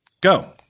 Go